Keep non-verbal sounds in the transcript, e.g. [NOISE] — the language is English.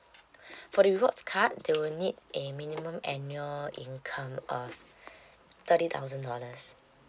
[BREATH] for the rewards card they will need a minimum annual income of [BREATH] thirty thousand dollars